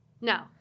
No